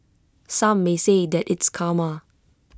some may say that it's karma